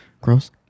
gross